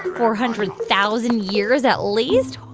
four hundred thousand years, at least.